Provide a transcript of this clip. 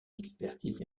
expertise